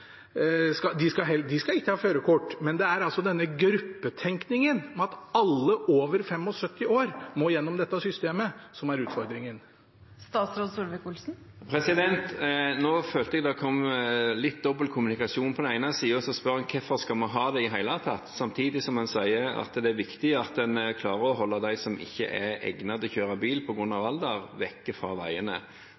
ikke ha førerkort, men det er altså denne gruppetenkningen, at alle over 75 år må gjennom dette systemet, som er utfordringen. Nå følte jeg at det kom litt dobbel kommunikasjon. På den ene siden spør man hvorfor man skal ha det i det hele tatt, samtidig som man sier at det er viktig at man klarer å holde dem som ikke er egnet til å kjøre bil